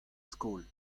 skol